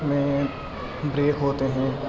میں بریک ہوتے ہیں